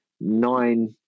nine